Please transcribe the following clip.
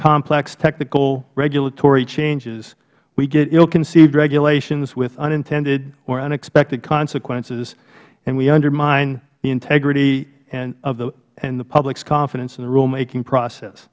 complex technical regulatory changes we get illconceived regulations with unintended or unexpected consequences and we undermine the integrity and the public's confidence in the rulemaking process